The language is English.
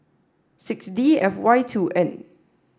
six D F Y two N